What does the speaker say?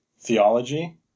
theology